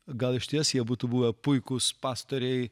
gal išties jie būtų buvę puikūs pastoriai